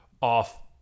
off